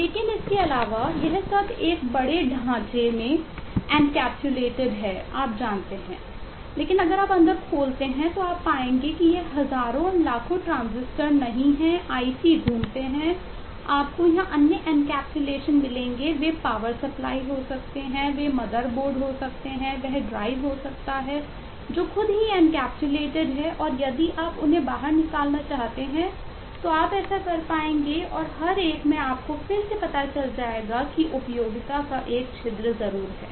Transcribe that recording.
लेकिन इसके अलावा यह सब एक बड़े ढांचे के रूप में एनकैप्सुलेटड हैं और यदि आप उन्हें बाहर निकालना चाहते हैं तो आप ऐसा कर पाएंगे और हर एक में आपको फिर से पता चल जाएगा कि उपयोग का एक छिद्र है